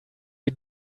wir